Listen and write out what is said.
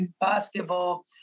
basketball